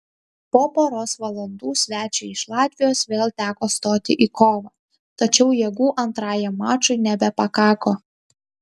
po poros valandų svečiui iš latvijos vėl teko stoti į kovą tačiau jėgų antrajam mačui nebepakako